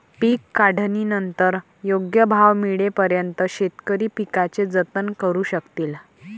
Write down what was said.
पीक काढणीनंतर योग्य भाव मिळेपर्यंत शेतकरी पिकाचे जतन करू शकतील